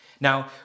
Now